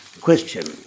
question